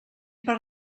per